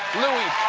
louis